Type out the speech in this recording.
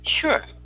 Sure